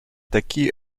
такі